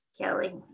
Kelly